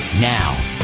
Now